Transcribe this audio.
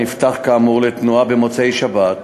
נפתח כאמור לתנועה במוצאי-שבת,